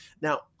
now